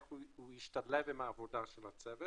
איך הוא ישתלב עם העבודה של הצוות.